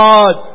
God